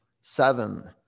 seven